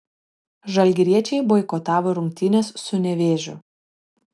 žalgiriečiai boikotavo rungtynes su nevėžiu